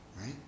right